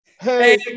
Hey